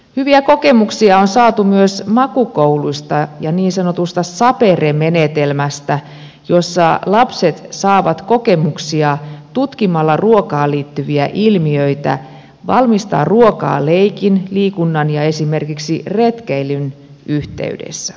hyviä kokemuksia on saatu myös makukoulusta ja niin sanotusta sapere menetelmästä jossa lapset saavat kokemuksia tutkimalla ruokaan liittyviä ilmiöitä ja valmistavat ruokaa leikin liikunnan ja esimerkiksi retkeilyn yhteydessä